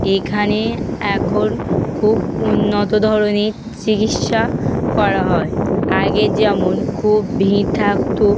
এখানে এখন খুব উন্নত ধরনের চিকিৎসা করা হয় আগে যেমন খুব ভিড় থাকতো